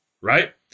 right